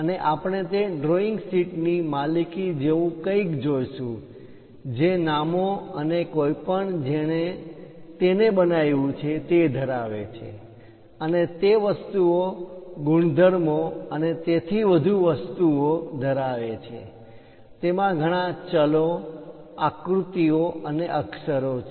અને આપણે તે ડ્રોઈંગ શીટ ની માલિકી જેવું કંઈક જોશું જે નામો અને કોઈપણ જેણે તેને બનાવ્યું છે તે ધરાવે છે અને તે વસ્તુઓ ગુણધર્મો અને તેથી વધુ વસ્તુઓ ધરાવે છે તેમાં ઘણા ચલો આકૃતિ ઓ અને અક્ષરો છે